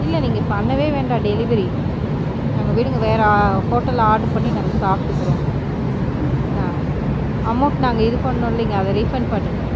இல்லை நீங்கள் பண்ணவே வேண்டாம் டெலிவரி நாங்கள் விடுங்கள் வேறு ஹோட்டல் ஆர்ட்ரு பண்ணி நாங்கள் சாப்பிடுக்குறோம் ஏனா அமௌன்ட் நாங்கள் இது பண்ணோம் இல்லைங்க அதை ரீஃபன்ட் பண்ணுங்கள்